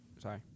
sorry